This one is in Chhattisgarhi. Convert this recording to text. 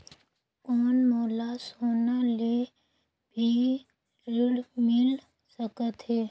कौन मोला सोना ले भी ऋण मिल सकथे?